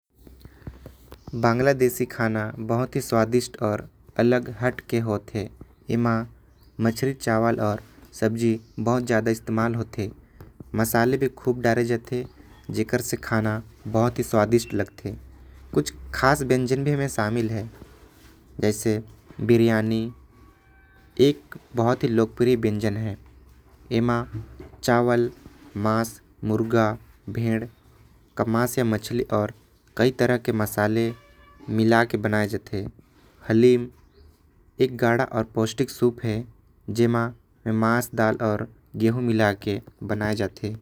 बांग्लादेशी खाना बहुते स्वादिष्ठ अउ हटके होथे। एमन मछली चावल सब्जी अउ मसाला के इस्तेमाल करथे। बांग्लादेश के लोकप्रिय खाना बिरयानी अउ। हलील हवे जेके मांस अउ गेंहू के फ़सल डाल के बनाये जाथे।